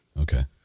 Okay